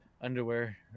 underwear